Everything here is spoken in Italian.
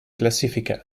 classifica